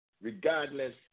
regardless